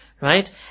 Right